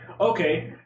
okay